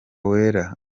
wera